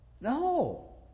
No